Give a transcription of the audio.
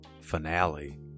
finale